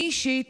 אני אישית